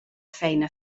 feina